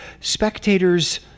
spectators